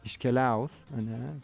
iškeliaus a ne